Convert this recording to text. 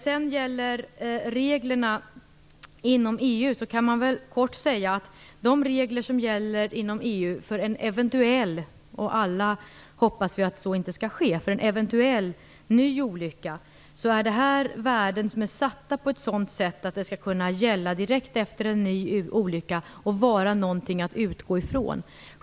Kort kan man säga att i de regler som gäller inom EU för en eventuell ny olycka - och alla hoppas vi att så inte skall ske - är värdena satta på ett sådant sätt att de skall kunna gälla direkt efter en ny olycka och vara någonting att utgå ifrån.